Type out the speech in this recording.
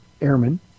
airman